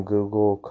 Google